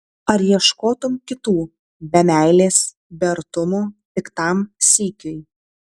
ar ieškotum kitų be meilės be artumo tik tam sykiui